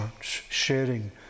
sharing